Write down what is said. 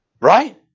Right